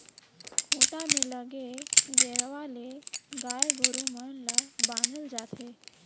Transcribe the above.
खूंटा में लगे गेरवा ले गाय गोरु मन ल बांधल जाथे